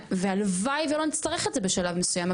והלוואי ולא נצטרך את זה בשלב מסוים.